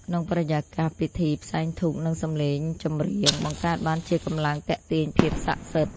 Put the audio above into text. ក្នុងបរិយាកាសពិធី ផ្សែងធូប និងសំឡេងចម្រៀងបង្កើតបានជាកម្លាំងទាក់ទាញភាពសក្ដិសិទ្ធិ។